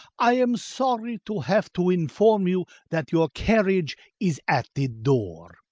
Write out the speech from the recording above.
i am sorry to have to inform you that your carriage is at the door.